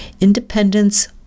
Independence